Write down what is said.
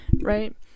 right